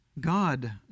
God